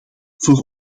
voor